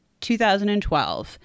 2012